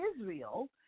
Israel